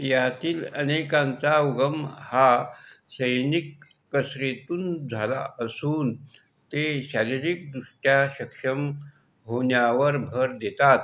यातील अनेकांचा उगम हा सैनिक कसरीतून झाला असून ते शारिरीकदृष्ट्या सक्षम होण्यावर भर देतात